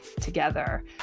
together